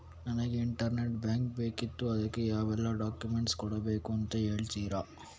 ನನಗೆ internet bank ಬೇಕಿತ್ತು ಅದಕ್ಕೆ ಯಾವೆಲ್ಲಾ ಡಾಕ್ಯುಮೆಂಟ್ಸ್ ಕೊಡ್ಬೇಕು ಅಂತ ಹೇಳ್ತಿರಾ?